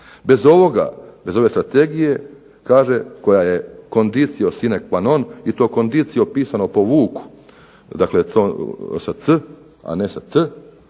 Bez ove strategije koja je conditio sine qua non i to conditio pisano po vuku, dakle sa "C" ne sa "t",